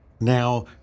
now